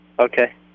Okay